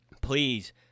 Please